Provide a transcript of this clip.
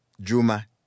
Juma